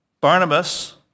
Barnabas